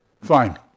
fine